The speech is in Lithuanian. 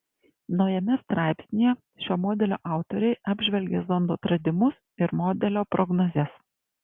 naujame straipsnyje šio modelio autoriai apžvelgia zondo atradimus ir modelio prognozes